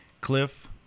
Cliff